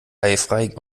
eifrei